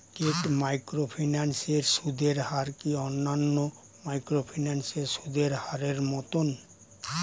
স্কেট microfinance এর সুদের হার কি অন্যান্য মাইক্রোফিন্যান্স এর সুদের হারের মতন?